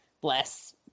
Bless